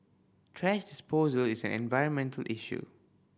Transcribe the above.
thrash disposal is an environmental issue